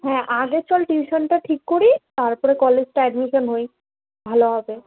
হ্যাঁ আগে চল টিউশানটা ঠিক করি তারপরে কলেজটা অ্যাডমিশান হই ভালো হবে